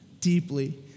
deeply